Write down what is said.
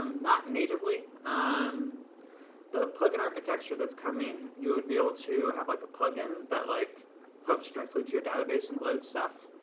um not natively. um the plugin architecture that's coming, you would be able to have like a plugin that like hooks directly into your database and loads stuff,